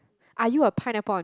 are you a pineapple on